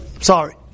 Sorry